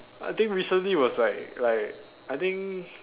I think recently was like like I think